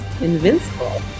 invincible